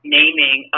naming